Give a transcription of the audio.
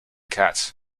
cats